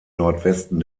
nordwesten